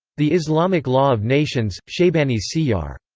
the islamic law of nations shaybani's siyar.